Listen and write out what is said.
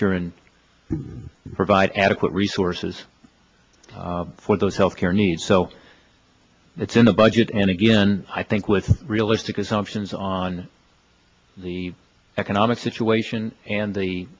sure and provide adequate resources for those health care needs so it's in the budget and again i think with realistic assumptions on the economic situation and the